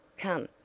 come,